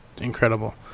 incredible